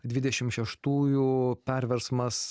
dvidešim šeštųjų perversmas